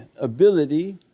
ability